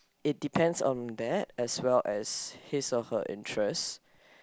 it depends on that as well as his or her interest